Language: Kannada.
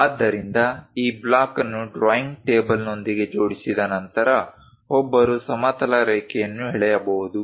ಆದ್ದರಿಂದ ಈ ಬ್ಲಾಕ್ ಅನ್ನು ಡ್ರಾಯಿಂಗ್ ಟೇಬಲ್ನೊಂದಿಗೆ ಜೋಡಿಸಿದ ನಂತರ ಒಬ್ಬರು ಸಮತಲ ರೇಖೆಯನ್ನು ಎಳೆಯಬಹುದು